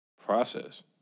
process